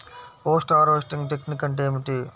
Post harvesting technique అంటే ఏమిటీ?